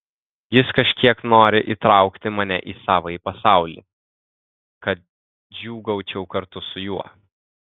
jis kažkiek nori įtraukti mane į savąjį pasaulį kad džiūgaučiau kartu su juo